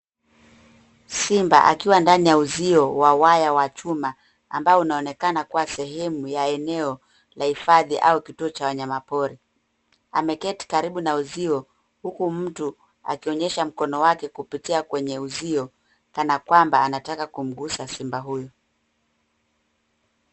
Simba akiwa ndani ya uzio wa waya wa chuma ambao unaonekana kuwa sehemu ya eneo la hifadhi au kituo cha wanyamapori. Ameketi karibu na uzio huku mtu akionyesha mkono wake kupitia kwenye uzio kana kwamba anataka kumgusa simba huyu.